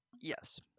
yes